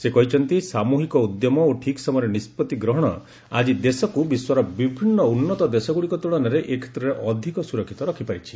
ସେ କହିଛନ୍ତି ସାମୃହିକ ଉଦ୍ୟମ ଓ ଠିକ୍ ସମୟରେ ନିଷ୍ପଭି ଗ୍ରହଣ ଆକି ଦେଶକୁ ବିଶ୍ୱର ବିଭିନ୍ନ ଉନ୍ନତ ଦେଶଗୁଡ଼ିକ ତୁଳନାରେ ଏ କ୍ଷେତ୍ରରେ ଅଧିକ ସୁରକ୍ଷିତ ରଖିପାରିଛି